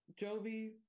Jovi